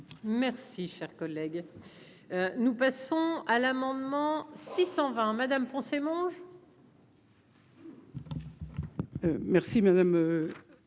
Merci, cher collègue, nous passons à l'amendement 620 Madame Poncet mange. Merci madame